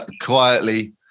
quietly